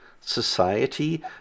society